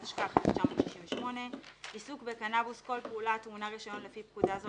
התשכ"ח 1968‏; "עיסוק בקנבוס" כל פעולה הטעונה רישיון לפי פקודה זו,